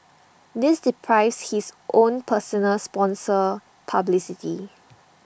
this deprives his own personal sponsor publicity